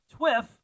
Twiff